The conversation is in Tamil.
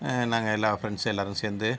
நாங்கள் எல்லாம் ஃப்ரெண்ட்ஸு எல்லோரும் சேர்ந்து